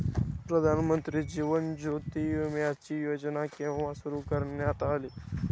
प्रधानमंत्री जीवन ज्योती विमाची योजना केव्हा सुरू करण्यात आली?